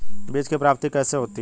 बीज की प्राप्ति कैसे होती है?